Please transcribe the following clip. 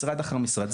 משרד אחר משרד,